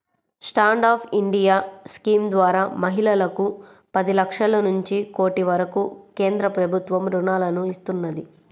stand up India scheme ద్వారా మహిళలకు పది లక్షల నుంచి కోటి వరకు కేంద్ర ప్రభుత్వం రుణాలను ఇస్తున్నది